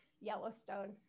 yellowstone